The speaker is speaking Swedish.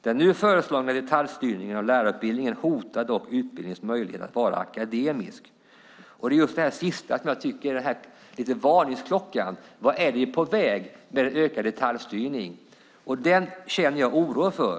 Den nu föreslagna detaljstyrningen av lärarutbildningen hotar dock utbildningens möjlighet att vara akademisk." Det är just det sista som är en varningsklocka: Vart är vi på väg med en ökad detaljstyrning? Den känner jag oro för.